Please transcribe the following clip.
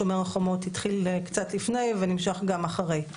שומר החומות התחיל קצת לפני ונמשך גם אחרי,